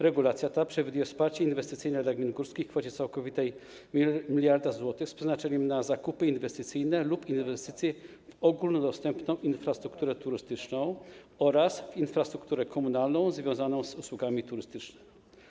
Regulacja ta przewiduje wsparcie inwestycyjne dla gmin górskich w kwocie całkowitej w wysokości 1 mld zł z przeznaczeniem na zakupy inwestycyjne lub inwestycje w ogólnodostępną infrastrukturę turystyczną oraz infrastrukturę komunalną związaną z usługami turystycznymi.